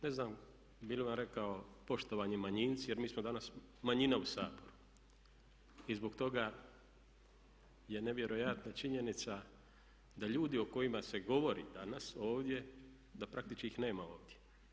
Ne znam bi li vam rekao poštovani manjinci, jer mi smo danas manjina u Saboru i zbog toga je nevjerojatna činjenica da ljudi o kojima se govori danas ovdje da praktički ih nema ovdje.